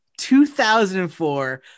2004